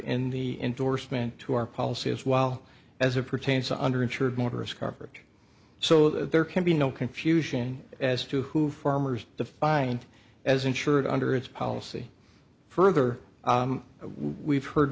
in the endorsement to our policy as well as it pertains under insured motorists coverage so there can be no confusion as to who farmers defined as insured under its policy further we've heard